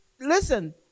listen